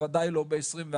בוודאי לא ב-2021.